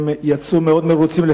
יצאו מאוד מרוצים,